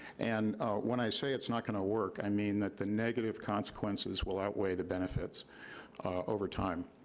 and when i say it's not gonna work, i mean that the negative consequences will outweigh the benefits over time.